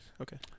Okay